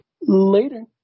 later